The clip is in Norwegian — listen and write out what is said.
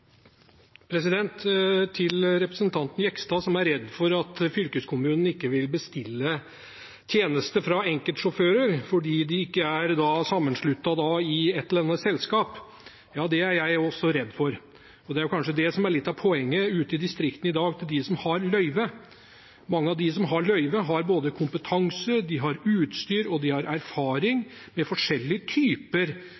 Til representanten Jegstad, som er redd for at fylkeskommunen ikke vil bestille tjeneste fra enkeltsjåfører fordi de ikke er sammensluttet i et eller annet selskap: Ja, det er jeg også redd for. Det er kanskje litt av poenget til dem ute i distriktene i dag som har løyve. Mange av de som har løyve, har kompetanse, de har utstyr og de har